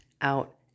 out